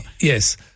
Yes